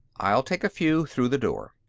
i'll take a few through the door.